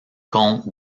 compte